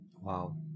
wow